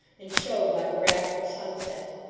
and showed like a wrathful sunset.